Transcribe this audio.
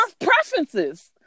preferences